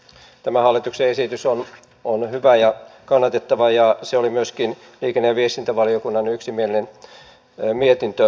tämä hallituksen esitys on hyvä ja kannatettava ja se oli myöskin liikenne ja viestintävaliokunnan yksimielinen mietintö asiasta